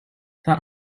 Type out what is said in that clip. that